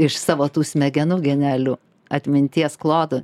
iš savo tų smegenų genealių atminties klodų